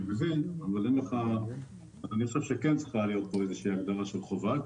אני חושב שצריך להוסיף הגדרה של חובה,